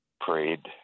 prayed